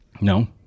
No